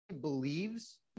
believes